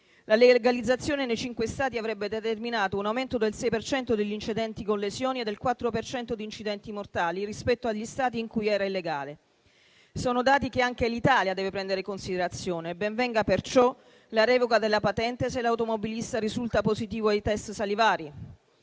la legalizzazione nei cinque Stati avrebbe determinato un aumento del 6 per cento degli incidenti con lesioni e del 4 per cento di incidenti mortali rispetto agli Stati in cui era illegale. Sono dati che anche l'Italia deve prendere considerazione; ben venga, perciò, la revoca della patente se l'automobilista risulta positivo ai test salivari.